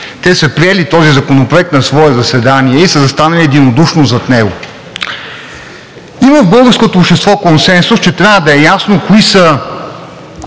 Те са приели този Законопроект на свое заседание и са застанали единодушно зад него. Има в българското общество консенсус, че трябва да е ясно кога